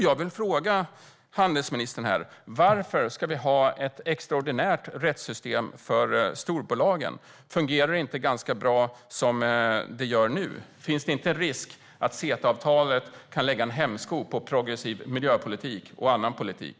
Jag vill fråga handelsministern: Varför ska vi ha ett extraordinärt rättssystem för storbolagen? Fungerar det inte ganska bra som det gör nu? Finns det inte en risk att CETA-avtalet kan lägga en hämsko på progressiv miljöpolitik och annan politik?